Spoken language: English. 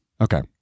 Okay